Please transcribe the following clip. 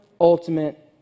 ultimate